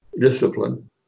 discipline